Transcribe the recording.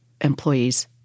employees